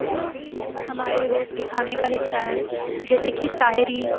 جو ہمارے روز كے كھانے كا حصّہ ہیں جیسے كہ تاہیری